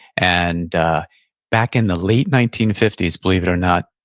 and back in the late nineteen fifty s, believe it or not,